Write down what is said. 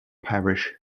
parish